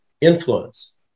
influence